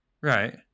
Right